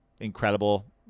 Incredible